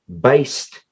based